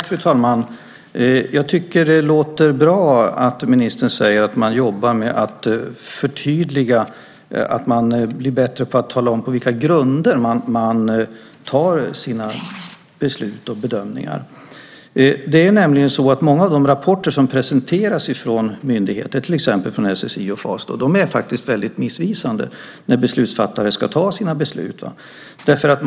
Fru talman! Jag tycker att det låter bra att ministern säger att man jobbar med att förtydliga och att man blir bättre på att tala om på vilka grunder man fattar sina beslut och gör sina bedömningar. Många av de rapporter som myndigheter, till exempel SSI och FAS, presenterar när beslutsfattare ska fatta sina beslut är faktiskt väldigt missvisande.